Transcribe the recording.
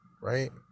right